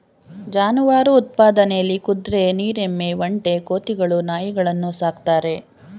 ಜಾನುವಾರು ಉತ್ಪಾದನೆಲಿ ಕುದ್ರೆ ನೀರ್ ಎಮ್ಮೆ ಒಂಟೆ ಕೋತಿಗಳು ನಾಯಿಗಳನ್ನು ಸಾಕ್ತಾರೆ